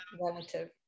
relative